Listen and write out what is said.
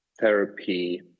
therapy